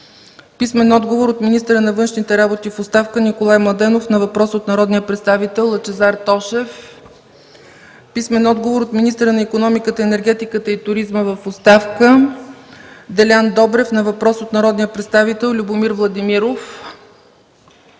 Иванов; - министъра на външните работи в оставка Николай Младенов на въпрос от народния представител Лъчезар Тошев; - министъра на икономиката, енергетиката и туризма в оставка Делян Добрев на въпрос от народния представител Любомир Владимиров;